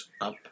up